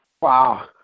Wow